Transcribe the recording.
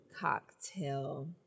cocktail